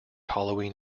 halloween